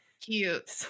Cute